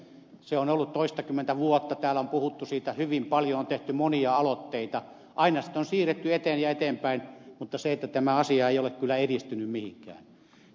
se on ollut toistakymmentä vuotta täällä on puhuttu siitä hyvin paljon on tehty monia aloitteita aina sitä on siirretty eteenpäin ja eteenpäin mutta tämä asia ei ole kyllä edistynyt mihinkään